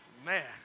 Man